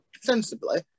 sensibly